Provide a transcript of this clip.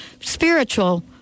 spiritual